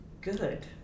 good